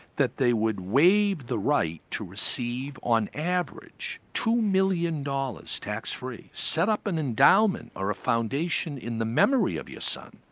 that they would waive the right to receive on average two million dollars tax free, set up an endowment or a foundation in the memory of your son.